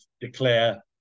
declare